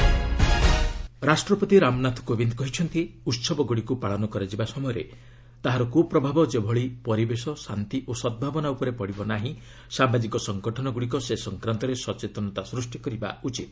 president ରାଷ୍ଟ୍ରପତି ରାମନାଥ କୋବିନ୍ଦ୍ କହିଛନ୍ତି ଉହବଗୁଡ଼ିକୁ ପାଳନ କରାଯିବା ସମୟରେ ତାହାର କୁପ୍ରଭାବ ଯେପରି ପରିବେଶ ଶାନ୍ତି ଓ ସଦ୍ଭବନା ଉପରେ ପଡ଼ିବ ନାହିଁ ସାମାଜିକ ସଙ୍ଗଠନଗୁଡ଼ିକ ସେ ସଂକ୍ରାନ୍ତରେ ଜନସଚେତନତା ସୃଷ୍ଟି କରିବା ଉଚିତ